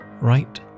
Right